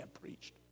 preached